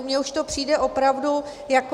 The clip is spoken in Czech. Mně už to přijde opravdu jako...